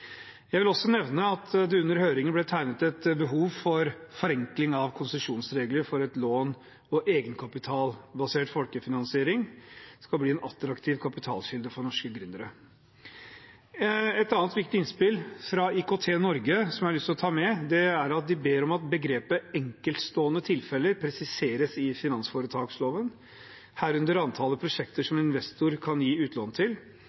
Jeg vil også nevne at det under høringen ble tegnet et behov for forenkling av konsesjonsregler for at en låne- og egenkapitalbasert folkefinansiering skal bli en attraktiv kapitalkilde for norske gründere. Et annet viktig innspill fra IKT-Norge, som jeg har lyst til å ta med, er at de ber om at begrepet «enkeltstående tilfeller» presiseres i finansforetaksloven, herunder antallet prosjekter som en investor kan gi utlån til,